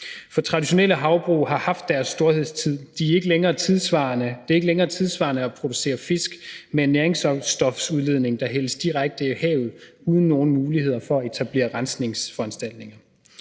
For traditionelle havbrug har haft deres storhedstid; de er ikke længere tidssvarende. Det er ikke længere tidssvarende at producere fisk med en næringsstofsudledning, der hældes direkte i havet uden nogen muligheder for at etablere rensningsforanstaltninger.